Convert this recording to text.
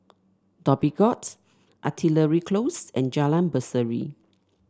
Dhoby Ghauts Artillery Close and Jalan Berseri